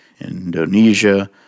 Indonesia